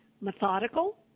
Methodical